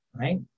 Right